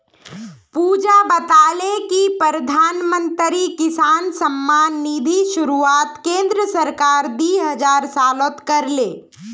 पुजा बताले कि प्रधानमंत्री किसान सम्मान निधिर शुरुआत केंद्र सरकार दी हजार सोलत कर ले